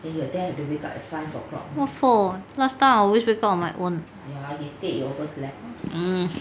what for last time I always wake up on my own mm